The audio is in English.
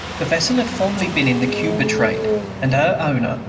the vessel had formerly been in the cuba trade and her owner,